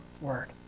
word